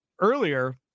earlier